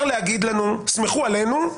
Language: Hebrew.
להגיד לנו: "תסמכו עלינו",